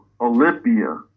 Olympia